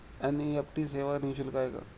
NEFT सेवा निःशुल्क आहे का?